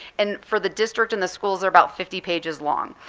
and for the district and the schools they're about fifty pages long.